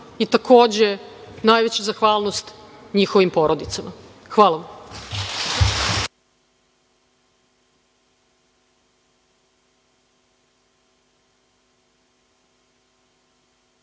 i takođe, najveća zahvalnost njihovim porodicama. Hvala vam.